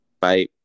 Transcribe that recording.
bye